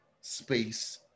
space